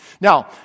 Now